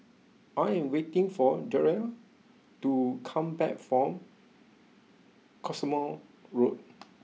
I am waiting for Jerrell to come back from Cottesmore Road